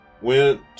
went